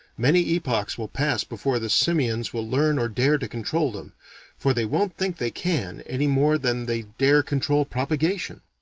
many epochs will pass before the simians will learn or dare to control them for they won't think they can, any more than they dare control propagation.